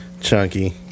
chunky